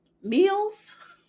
meals